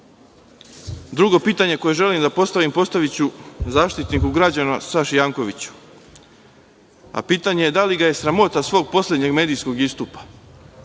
pitanje koje želim da postavim postaviću Zaštitniku građana Saši Jankoviću, a pitanje je da li ga je sramota svog poslednjeg medijskog istupa?